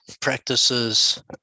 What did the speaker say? practices